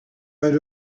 right